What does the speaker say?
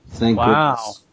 Wow